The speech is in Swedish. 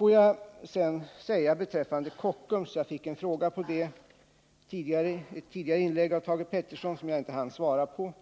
Jag vill sedan övergå till frågan om Kockums — Thage Peterson ställde här en fråga i ett tidigare inlägg som jag inte hann svara på.